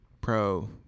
pro